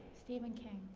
stephen king.